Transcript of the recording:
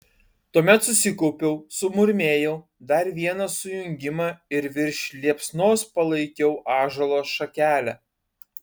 tuomet susikaupiau sumurmėjau dar vieną sujungimą ir virš liepsnos palaikiau ąžuolo šakelę